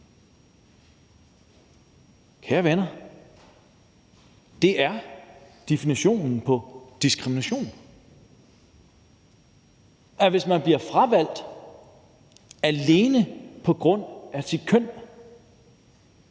Kære venner, det er definitionen på diskrimination. Hvis man bliver fravalgt alene på grund af sit køn,